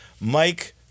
Mike